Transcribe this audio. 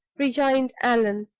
rejoined allan.